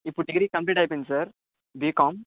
ఇప్పుడు degree complete అయిపోయింది sir BCom